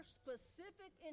specific